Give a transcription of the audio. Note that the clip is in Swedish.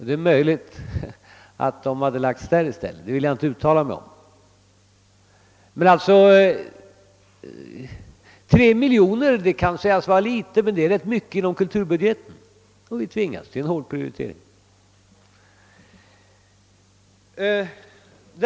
Det är möjligt att pengarna hade gått till dem i stället; det vill jag dock inte uttala mig om. Någon kanske tycker att 3 miljoner kronor är litet pengar, men det är en gans ka stor summa i kulturbudgeten, och vi har därför tvingats till en hård prioritering.